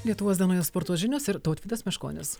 lietuvos dienoj ir sporto žinios ir tautvydas meškonis